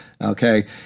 okay